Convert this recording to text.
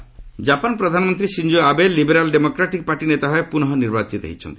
Japan Abe Japan ପ୍ରଧାନମନ୍ତ୍ରୀ Shinzo Abe Liberal Democratic Party ନେତା ଭାବେ ପୁନଃ ନିର୍ବାଚିତ ହୋଇଛନ୍ତି